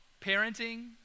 Parenting